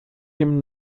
him